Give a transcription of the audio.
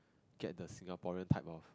get the Singaporean type of